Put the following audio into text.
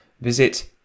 visit